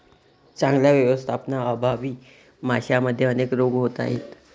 चांगल्या व्यवस्थापनाअभावी माशांमध्ये अनेक रोग होत आहेत